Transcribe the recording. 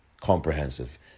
Comprehensive